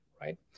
right